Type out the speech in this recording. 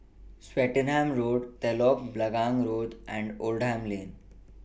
Swettenham Road Telok Blangah Road and Oldham Lane